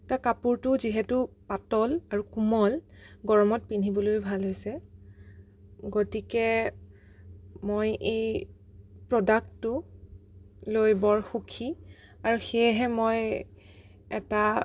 তাৰ কাপোৰটোও যিহেতু পাতল আৰু কোমল গৰমত পিন্ধিবলৈও ভাল হৈছে গতিকে মই এই প্ৰ'ডাক্টটো লৈ বৰ সুখী আৰু সেয়েহে মই এটা